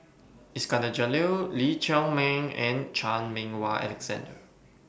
Iskandar Jalil Lee Chiaw Meng and Chan Meng Wah Alexander